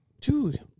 Dude